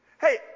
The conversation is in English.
Hey